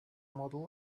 model